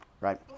right